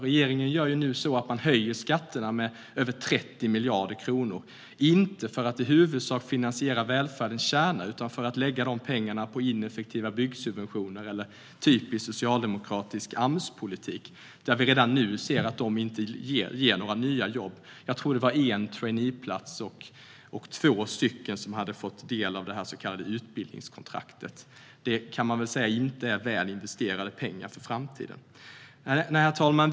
Regeringen höjer nu skatterna med över 30 miljarder kronor inte för att i huvudsak finansiera välfärdens kärna utan för att lägga de pengarna på ineffektiva byggsubventioner eller typisk socialdemokratisk Amspolitik som vi redan nu ser inte ger några nya jobb. Jag tror att det var en traineeplats och två som hade fått del av det så kallade utbildningskontraktet. Det är inte väl investerade pengar för framtiden. Herr talman!